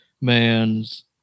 man's